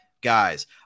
guys